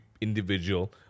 individual